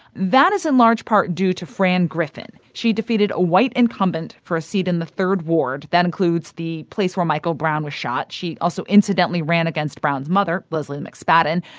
that is in large part due to fran griffin. she defeated a white incumbent for a seat in the third ward. that includes the place where michael brown was shot. she also incidentally ran against brown's mother, lezley mcspadden.